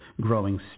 growing